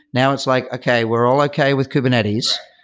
now it's like, okay. we're all okay with kubernetes.